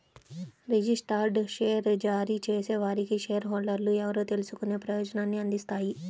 registered share జారీ చేసేవారికి share హోల్డర్లు ఎవరో తెలుసుకునే ప్రయోజనాన్ని అందిస్తాయి